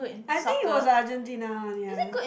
I think it was the Argentina one yeah